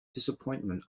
disappointment